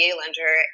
lender